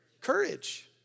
courage